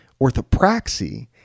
Orthopraxy